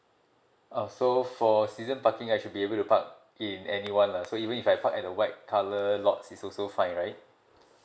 uh so for season parking I should be able to park in anyone lah so even if I park at a white colour lots is also fine right